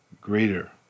greater